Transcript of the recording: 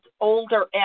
older